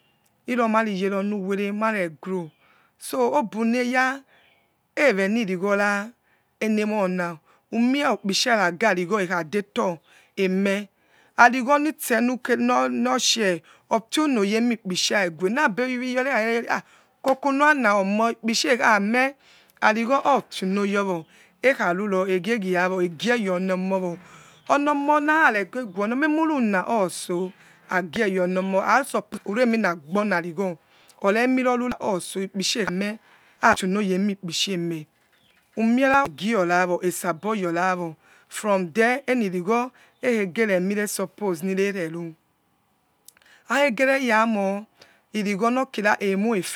Iromariyereonu were maregvoso ekuneya eveni righora enemona nmie okpisa nagarigho ekhadebo emie arigho nitse nuke noshie ofionu youremi kpisa egue kokunowana omoh ikpisa akhameh arigho ofiunoy owo ekharuro eghiegheyawo egieyo nomowo onomonaragereguori emuruna otso hagie younor moh sup uremina gbonarigho oreh emiroru otso agie your oniemowo asor uremina obonomo ore emiroru otso ikpisha eme afiunoyo emikpisha eme umiera egie your rawo from there enirigho ekhere miresupose nereru akhegereyamo iri gho nokira emoife